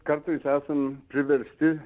kartais esam priversti